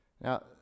Now